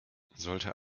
sollte